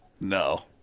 No